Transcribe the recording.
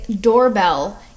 doorbell